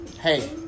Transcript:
hey